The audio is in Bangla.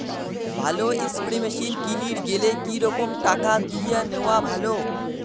ভালো স্প্রে মেশিন কিনির গেলে কি রকম টাকা দিয়া নেওয়া ভালো?